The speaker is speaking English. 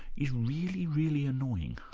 is really, really annoying.